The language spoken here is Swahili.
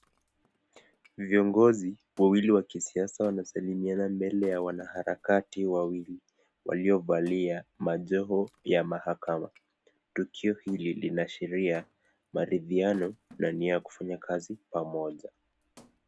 Viongozi wawili wa kisiasa wanasalimiana mbele ya wanaharakati wawili waliovalia majoho ya mahakama. Tukio hili linaashiria marithiano na nia ya kufanya kazi pamoja.